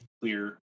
clear